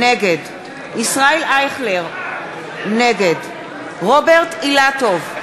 נגד ישראל אייכלר, נגד רוברט אילטוב,